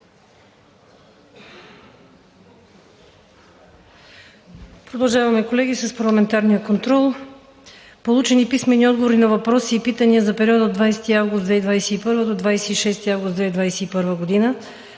Продължаваме, колеги, с парламентарния контрол. Получени писмени отговори на въпроси и питания за периода 20 – 26 август 2021 г.